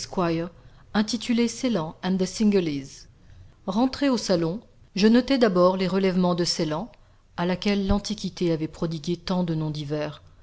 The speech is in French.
cingalese rentré au salon je notai d'abord les relèvements de ceyland à laquelle l'antiquité avait prodigué tant de noms divers